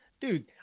Dude